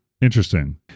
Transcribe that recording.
interesting